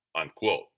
Unquote